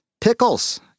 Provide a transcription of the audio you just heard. Pickles